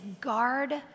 guard